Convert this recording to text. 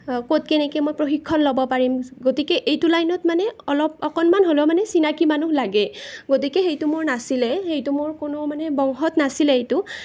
ক'ত কেনেকৈ মই প্ৰশিক্ষণ ল'ব পাৰিম গতিকে এইটো লাইনত মানে অলপ অকণমান হ'লেও মানে চিনাকি মানুহ লাগে গতিকে সেইটো মোৰ নাছিলে সেইটো মোৰ কোনো মানে বংশত নাছিলে সেইটো